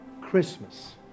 Christmas